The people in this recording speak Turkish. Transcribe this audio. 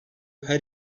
her